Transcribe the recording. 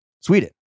Sweden